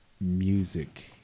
music